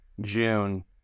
June